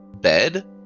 bed